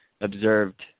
observed